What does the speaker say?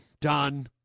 done